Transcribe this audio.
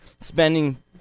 spending